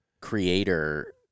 creator